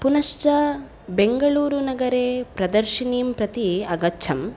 पुनश्च बेङ्गळूरुनगरे प्रदर्शिनीं प्रति अगच्छं